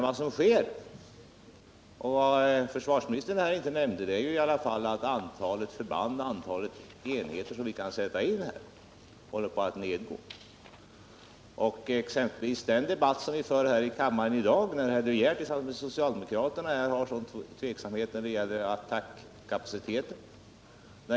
Vad som sker — men som försvarsministern inte nämnde -— är i alla fall att antalet förband och antalet enheter som vi kan sätta in håller på att nedgå. Den debatt som vi för i kammaren i dag visar att herr De Geer tillsammans med socialdemokraterna här hyser tveksamhet när det gäller attackkapaciteten.